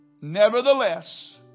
Nevertheless